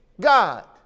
God